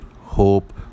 hope